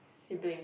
sibling